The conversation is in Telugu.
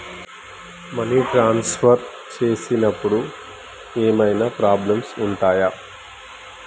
మనీ ట్రాన్స్ఫర్ చేసేటప్పుడు ఏమైనా ప్రాబ్లమ్స్ ఉంటయా?